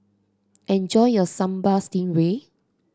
enjoy your Sambal Stingray